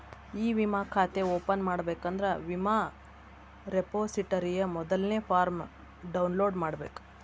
E ವಿಮಾ ಖಾತೆ open ಮಾಡಬೇಕಂದ್ರ ವಿಮಾ ರೆಪೊಸಿಟರಿಯ ಮೊದಲ್ನೇ ಫಾರ್ಮ್ನ ಡೌನ್ಲೋಡ್ ಮಾಡ್ಬೇಕ